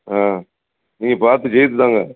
ஆ நீங்கள் பார்த்து செய்து தாங்க